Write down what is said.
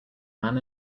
man